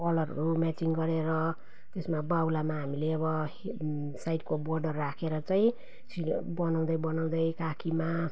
कलरहरू म्याचिङ गरेर त्यसमा बाहुलामा हामीले अब साइडको बोर्डर राखेर चाहिँ सिल् बनाउँदै बनाउँदै काखीमा